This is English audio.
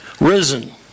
Risen